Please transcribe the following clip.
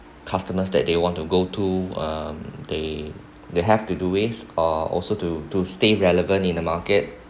customers that they want to go to um they they have to do waste or also to to stay relevant in the market